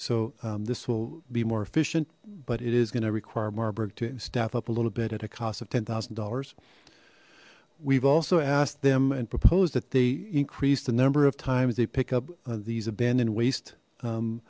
so this will be more efficient but it is gonna require marburg to staff up a little bit at a cost of ten thousand dollars we've also asked them and proposed that they increase the number of times they pick up these abandoned wast